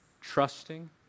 trusting